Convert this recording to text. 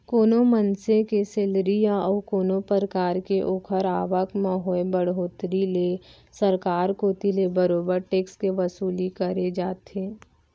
कोनो मनसे के सेलरी या अउ कोनो परकार के ओखर आवक म होय बड़होत्तरी ले सरकार कोती ले बरोबर टेक्स के वसूली करे जाथे